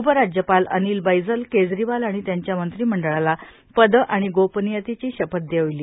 उप राज्यपाल अनिल बैजल केजरीवाल आणि त्यांच्या मंत्रिमंडळाला पद आणि गोपनियतेची शपथ देवविली